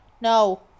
No